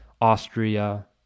Austria